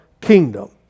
kingdom